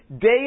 day